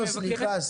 סליחה,